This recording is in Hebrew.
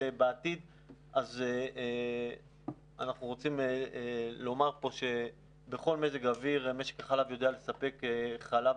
אנחנו רוצים לומר פה שבכל מזג אוויר משק החלב יודע לספק חלב